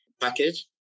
package